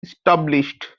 established